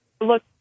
look